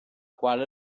quale